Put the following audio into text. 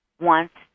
wants